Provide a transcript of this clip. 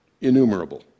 Innumerable